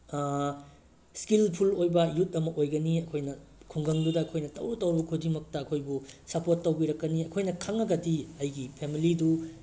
skilful ꯑꯣꯏꯕ ꯌꯨꯠ ꯑꯃ ꯑꯣꯏꯒꯅꯤ ꯑꯩꯈꯣꯏꯅ ꯈꯨꯡꯒꯪꯗꯨꯗ ꯑꯩꯈꯣꯏꯅ ꯇꯧꯔꯨ ꯇꯧꯔꯨ ꯈꯨꯗꯤꯡꯃꯛꯇ ꯑꯩꯈꯣꯏꯕꯨ ꯁꯄꯣꯔꯠ ꯇꯧꯕꯤꯔꯛꯀꯅꯤ ꯑꯩꯈꯣꯏꯅ ꯈꯪꯉꯒꯗꯤ ꯑꯩꯒꯤ ꯐꯦꯃꯤꯂꯤꯗꯨ